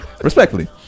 respectfully